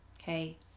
Okay